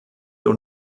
doch